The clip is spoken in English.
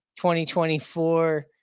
2024